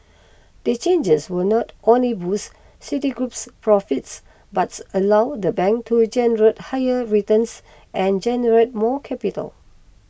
the changes will not only boosts Citigroup's profits but allow the bank to generate higher returns and generate more capital